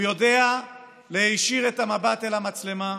הוא יודע להישיר את המבט אל המצלמה,